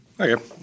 okay